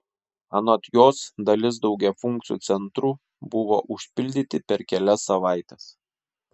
anot jos dalis daugiafunkcių centrų buvo užpildyti per kelias savaites